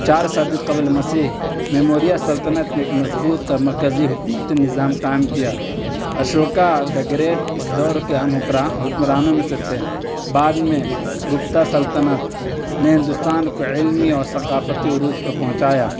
چار صدی قبل مسیح میں موریہ سلطنت نے ایک مضبوط اور مرکزی حکومتی نظام قائم کیا اشوکا دا گریٹ اس دور کے حکمرانوں میں سے تھے بعد میں گپتا سلطنت نے ہندوستان کو علمی اور ثقافتی عروج پر پہنچایا